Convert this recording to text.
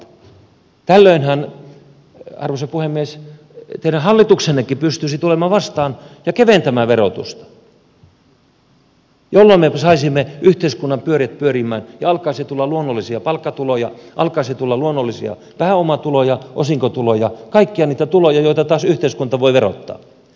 tällöinhän arvoisa puhemies teidän hallituksennekin pystyisi tulemaan vastaan ja keventämään verotusta jolloin me saisimme yhteiskunnan pyörät pyörimään ja alkaisi tulla luonnollisia palkkatuloja alkaisi tulla luonnollisia pääomatuloja osinkotuloja kaikkia niitä tuloja joita taas yhteiskunta voi verottaa